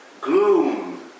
gloom